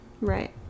Right